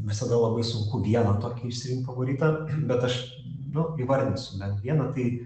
visada labai sunku vieną tokį išsirinkt favoritą bet aš nu įvardinsiu bent vieną tai